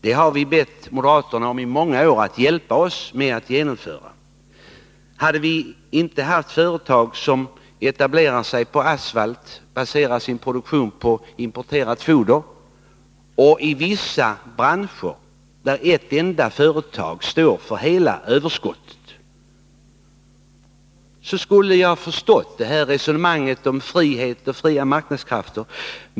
Det har vi bett moderaterna om i många år att hjälpa oss att genomföra. Hade vi inte haft företag som etablerade sig på asfalt och baserat sin produktion på importerat foder — i vissa branscher står ett enda företag för hela överskottet — skulle jag ha förstått resonemanget om frihet och fria marknadskrafter.